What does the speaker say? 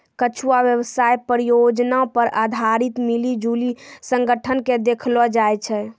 कुच्छु व्यवसाय परियोजना पर आधारित मिली जुली संगठन के देखैलो जाय छै